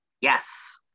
yes